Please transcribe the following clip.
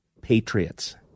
Patriots